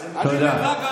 תודה.